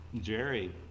Jerry